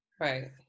Right